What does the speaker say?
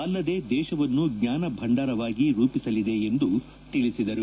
ಅಲ್ಲದೇ ದೇಶವನ್ನು ಜ್ಞಾನ ಭಂಡಾರವಾಗಿ ರೂಪಿಸಲಿದೆ ಎಂದು ತಿಳಿಸಿದರು